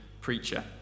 preacher